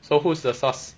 so who is the sus